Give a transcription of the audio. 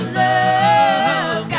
love